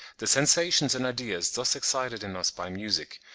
the sensations and ideas thus excited in us by music,